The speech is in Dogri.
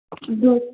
दो